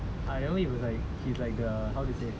I remember he was like he's like the how to say